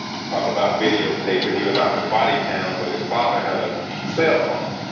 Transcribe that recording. you talk about video taping, even not with body cams, but his father had a cell phone.